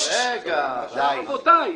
רבותיי,